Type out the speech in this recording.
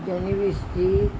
university